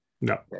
No